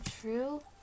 true